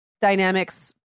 dynamics